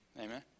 Amen